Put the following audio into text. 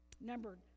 Number